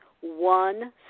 one